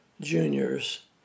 juniors